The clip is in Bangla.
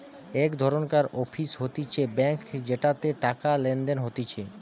এক ধরণকার অফিস হতিছে ব্যাঙ্ক যেটাতে টাকা লেনদেন হতিছে